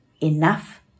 enough